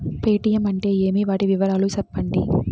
Paytm అంటే ఏమి, వాటి వివరాలు సెప్పండి?